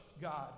God